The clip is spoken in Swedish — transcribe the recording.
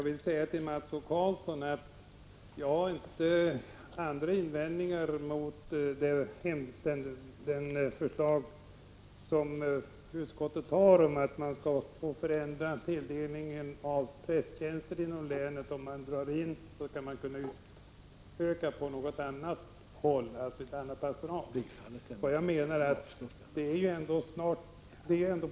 Herr talman! Jag har inga invändningar mot utskottets förslag om att det skall bli möjligt att förändra fördelningen av prästtjänster inom stiften så att de skall kunna inrätta en ny tjänst inom ett pastorat om de drar in motsvarande tjänst inom ett annat.